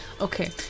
okay